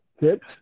Tips